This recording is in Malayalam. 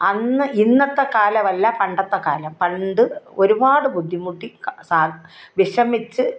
അന്ന് ഇന്നത്തെ കാലമല്ല പണ്ടത്തക്കാലം പണ്ട് ഒരുപാട് ബുദ്ധിമുട്ടി വിഷമിച്ച്